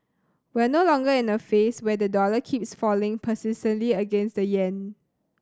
we're no longer in a phase where the dollar keeps falling persistently against the yen